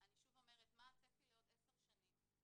אני שוב אומרת, מה הצפי לעוד עשר שנים,